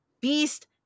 beast